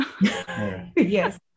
yes